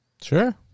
Sure